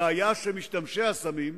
הבעיה היא שהמשתמשים בסמים,